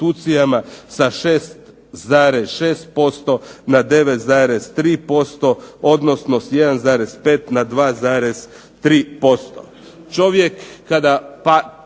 sa 6,6% na 9,3% odnosno 1,5 na 2,3%.